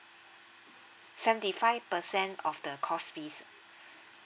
seventy five percent of the course fees